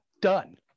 done